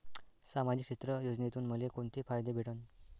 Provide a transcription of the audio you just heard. सामाजिक क्षेत्र योजनेतून मले कोंते फायदे भेटन?